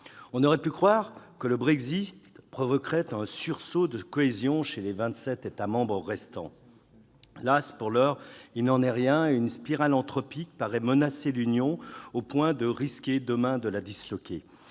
On aurait pu croire que le Brexit provoquerait un sursaut de cohésion chez les 27 États membres restants. Las, pour l'heure, il n'en est rien, et une spirale entropique paraît menacer l'Union, au point de risquer demain de la disloquer.